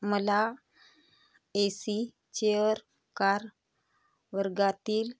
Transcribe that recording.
मला A C chair car वर्गातील